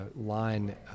line